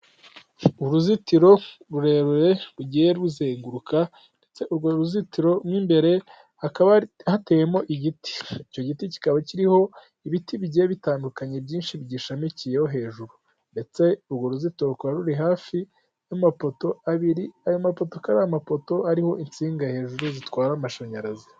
Uruzitiro rurerure rugiye ruzenguruka ndetse urwo ruzitiro rw'imbere hakaba hatewemo igiti icyo giti kikaba kiriho ibiti bigiye bitandukanye byinshi byishamikiyeho hejuru, ndetse urwo ruzitiro rukaba ruri hafi y'amapoto abiri, aya mapoto akaba ari amapoto ariho insinga hejuru zitwara amashanyarazi.